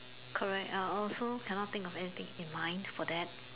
correct ah also cannot think of anything in mind for that